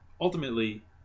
Ultimately